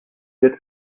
êtes